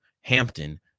Hampton